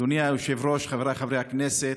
אדוני היושב-ראש, חבריי חברי הכנסת,